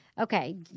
Okay